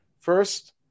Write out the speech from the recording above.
First